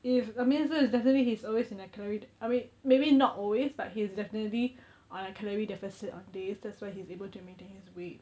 if I mean so he's definitely he's always in a calorie I mean maybe not always but he's definitely on a calorie deficit on days that's why he's able to maintain his weight